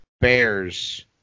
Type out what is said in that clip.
Bears